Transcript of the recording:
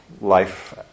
life